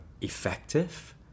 effective